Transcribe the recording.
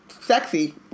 sexy